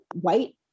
white